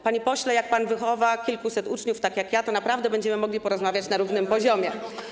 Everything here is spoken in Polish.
Panie pośle, jak pan wychowa kilkuset uczniów, tak jak ja, to naprawdę będziemy mogli porozmawiać na równym poziomie.